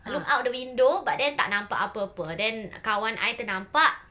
look out the window but then tak nampak apa apa then kawan I ternampak